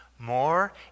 More